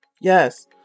Yes